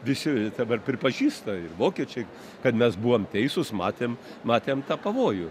visi dabar pripažįsta ir vokiečiai kad mes buvom teisūs matėm matėm tą pavojų